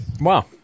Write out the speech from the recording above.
Wow